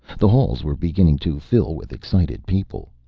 the halls were beginning to fill with excited people.